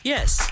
Yes